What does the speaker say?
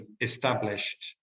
established